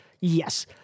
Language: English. Yes